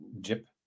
jip